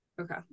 Okay